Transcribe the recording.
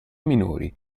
minori